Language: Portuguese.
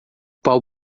pau